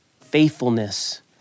faithfulness